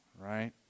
right